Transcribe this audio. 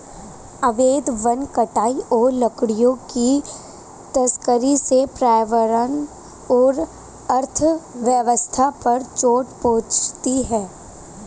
अवैध वन कटाई और लकड़ियों की तस्करी से पर्यावरण और अर्थव्यवस्था पर चोट पहुँचती है